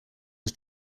was